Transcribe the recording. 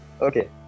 okay